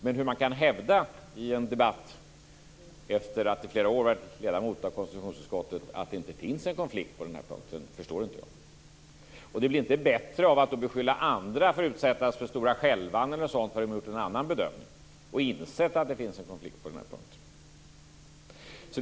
Men hur man kan hävda i en debatt, efter att i flera år ha varit ledamot i konstitutionsutskottet, att det inte finns någon konflikt på den här punkten, det förstår jag inte. Det blir inte bättre av att han då beskyller andra för att ha utsatts för stora skälvan bara för att de har gjort en annan bedömning och insett att det finns en konflikt på den här punkten.